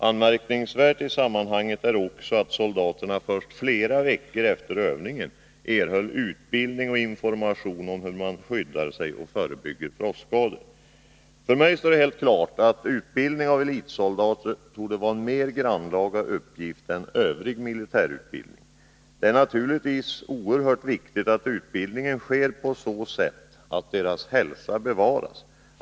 Anmärkningsvärt i sammanhanget är också att soldaterna först flera veckor efter övningen erhöll utbildning och information om hur man skyddar sig och förebygger frostskador. För mig är det helt klart att utbildning av elitsoldater torde vara en mer grannlaga uppgift än övrig militärutbildning. Det är naturligtvis oerhört viktigt att utbildningen sker på så sätt att deras hälsa bevaras.